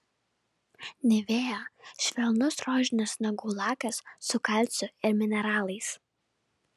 nivea švelnus rožinis nagų lakas su kalciu ir mineralais